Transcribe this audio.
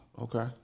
Okay